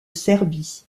serbie